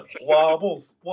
Wobbles